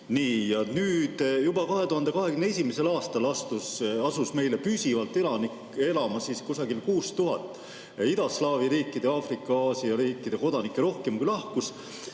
Juba 2021. aastal asus meile püsivalt elama kusagil 6000 idaslaavi riikide ja Aafrika-Aasia riikide kodanikke rohkem kui lahkus.